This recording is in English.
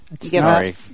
Sorry